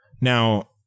Now